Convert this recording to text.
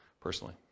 personally